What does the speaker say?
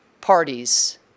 parties